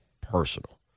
personal